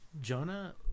Jonah